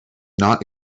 not